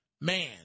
man